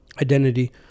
identity